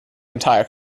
entire